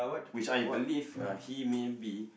which I believe uh he maybe